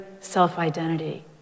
self-identity